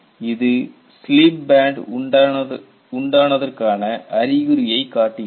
இது sleep band உண்டானதற்கான அறிகுறியை காட்டுகிறது